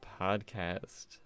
podcast